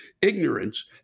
ignorance